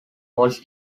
holds